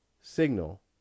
signal